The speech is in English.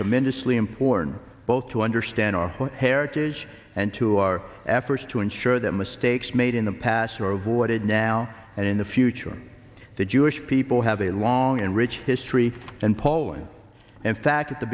tremendously important both to understand our heritage and to our efforts to ensure that mistakes made in the past are avoided now and in the future the jewish people i have a long and rich history and calling and fact at the